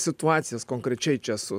situacijas konkrečiai čia su